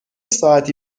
ساعتی